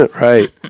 Right